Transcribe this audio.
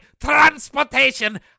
transportation